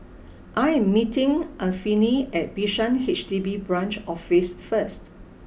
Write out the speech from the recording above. I am meeting Anfernee at Bishan H D B Branch Office first